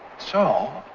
so